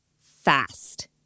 fast